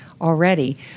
already